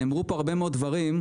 נאמרו פה הרבה מאוד דברים,